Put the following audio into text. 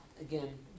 again